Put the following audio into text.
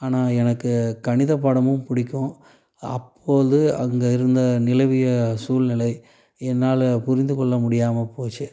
ஆனால் எனக்கு கணித பாடமும் பிடிக்கும் அப்போது அங்கே இருந்த நிலவிய சூழ்நிலை என்னால் புரிந்துக்கொள்ள முடியாமல் போச்சு